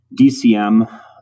DCM